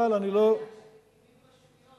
זו כל הבעיה כשמקימים רשויות.